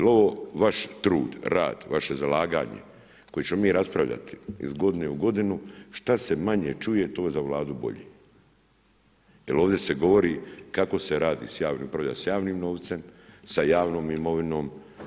Jel ovo vaš trud, rad, vaše zalaganje koje ćemo mi raspravljati iz godine u godinu šta se manje čuje to za Vladu bolje jel ovdje se govori kako se radi sa javnim, … sa javnim novcem, sa javnom imovinom.